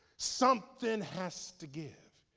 something has to give.